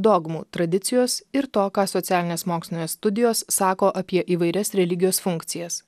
dogmų tradicijos ir to ką socialinės mokslinės studijos sako apie įvairias religijos funkcijas